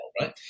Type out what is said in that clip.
right